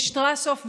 בשטרסהוף,